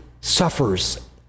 suffers